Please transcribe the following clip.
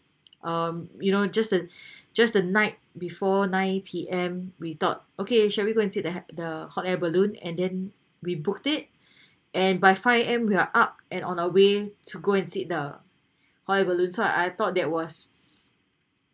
um you know just the just the night before nine P_M we thought okay should we go and see the at the hot air balloon and then we booked it and by five A_M we're up and on our way to go and sit the sit the hot air balloon so I thought that was